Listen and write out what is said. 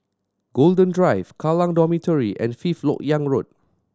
Golden Drive Kallang Dormitory and Fifth Lok Yang Road